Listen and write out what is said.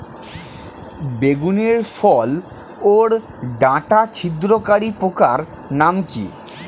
বেগুনের ফল ওর ডাটা ছিদ্রকারী পোকার নাম কি?